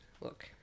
look